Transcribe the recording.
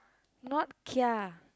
not kia